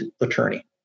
attorney